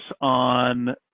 on